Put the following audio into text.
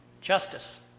Justice